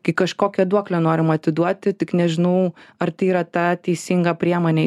kai kažkokią duoklę norim atiduoti tik nežinau ar tai yra ta teisinga priemonė